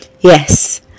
Yes